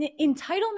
entitlement